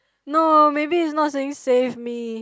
no maybe it's not saying save me